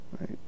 right